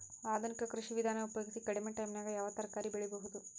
ಆಧುನಿಕ ಕೃಷಿ ವಿಧಾನ ಉಪಯೋಗಿಸಿ ಕಡಿಮ ಟೈಮನಾಗ ಯಾವ ತರಕಾರಿ ಬೆಳಿಬಹುದು?